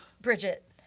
Bridget